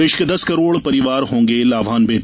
देश के दस करोड परिवार होंगे लाभान्वित